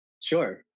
Sure